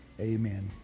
amen